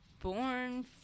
born